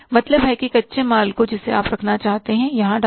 मतलब है कि कच्चे माल को जिसे आप रखना चाहते हैं यहां डालें